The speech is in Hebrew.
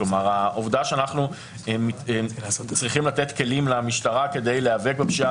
העובדה שאנחנו צריכים לתת כלים למשטרה כדי להיאבק בפשיעה